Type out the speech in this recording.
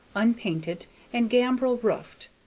unpainted and gambrel-roofed,